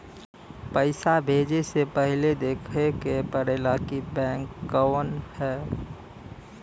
पइसा भेजे से पहिले देखे के पड़ेला कि बैंक कउन ह